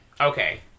Okay